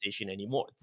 anymore